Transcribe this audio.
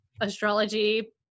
astrology